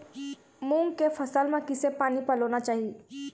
मूंग के फसल म किसे पानी पलोना चाही?